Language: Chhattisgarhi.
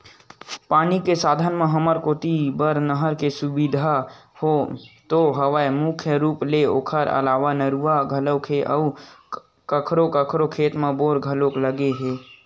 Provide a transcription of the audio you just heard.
पानी के साधन म हमर कोती बर नहर के सुबिधा तो हवय मुख्य रुप ले ओखर अलावा नरूवा घलोक हे अउ कखरो कखरो खेत म बोर घलोक लगे हे